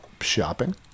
shopping